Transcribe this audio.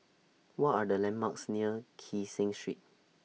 What Are The landmarks near Kee Seng Street